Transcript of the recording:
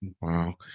Wow